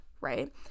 right